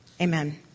Amen